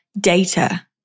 data